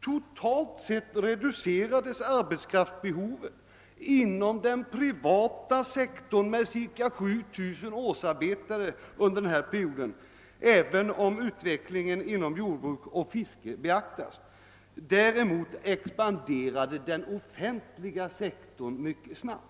Totalt sett reducerades arbetskraftsbehovet inom den privata scktorn under nämnda period med ungefär 7 000 årsarbetare, även om utvecklingen inom jordbruk och fiske beaktas. Däremot expanderade den offentliga sektorn mycket starkt.